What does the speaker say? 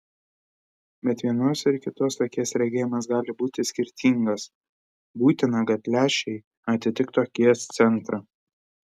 bet vienos ir kitos akies regėjimas gali būti skirtingas būtina kad lęšiai atitiktų akies centrą